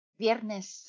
Viernes